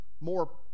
more